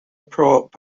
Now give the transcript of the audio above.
prop